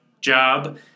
job